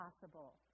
possible